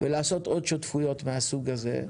ולעשות עוד שותפויות מהסוג הזה,